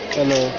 Hello